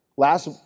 Last